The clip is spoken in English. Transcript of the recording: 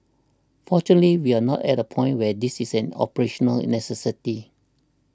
fortunately we are not at a point where this is an operational necessity